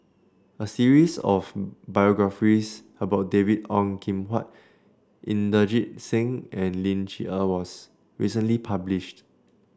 a series of biographies about David Ong Kim Huat Inderjit Singh and Ling Cher Eng was recently published